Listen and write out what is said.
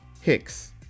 Hicks